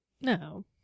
No